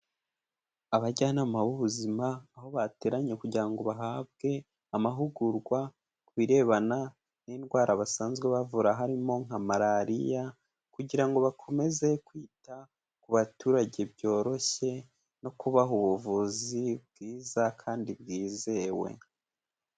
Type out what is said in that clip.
Abajyanama b'ubuzima, aho bateranye kugira ngo bahabwe amahugurwa, ku birebana n'indwara basanzwe bavura harimo nka Malariya kugira ngo bakomeze kwita ku baturage byoroshye no kubaha ubuvuzi bwiza kandi bwizewe.